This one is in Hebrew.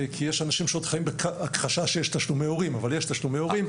כי יש אנשים שעוד חיים בהכחשה שיש תשלומי הורים אבל יש תשלומי הורים.